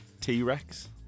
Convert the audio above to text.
T-Rex